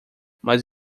mas